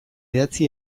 idatzi